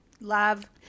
Love